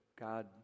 God